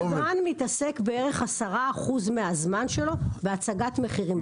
אבל סדרן מתעסק בערך 10% מהזמן שלו בהצגת מחירים.